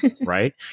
right